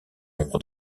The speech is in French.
nombre